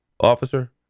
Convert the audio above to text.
officer